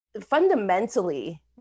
fundamentally